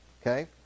Okay